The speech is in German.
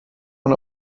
man